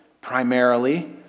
primarily